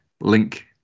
link